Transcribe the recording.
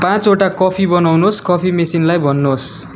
पाँचवटा कफी बनाउनुहोस् कफी मेसिनलाई भन्नुहोस्